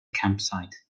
campsite